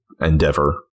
endeavor